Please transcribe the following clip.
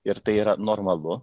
ir tai yra normalu